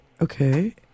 Okay